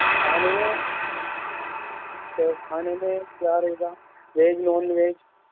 کھانے میں تو کھانے میں کیا رہے گا ویج نان ویج